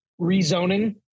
rezoning